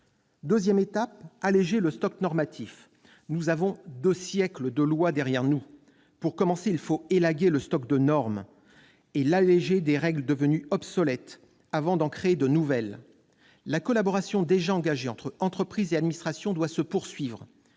deuxième étape consiste à alléger le stock normatif. Nous avons deux siècles de lois derrière nous : pour commencer, il faut élaguer le stock de normes et l'alléger des règles devenues obsolètes avant d'en créer de nouvelles. La collaboration déjà engagée entre entreprises et administration doit se poursuivre